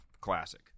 classic